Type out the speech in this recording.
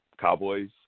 Cowboys